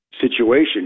situation